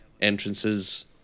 entrances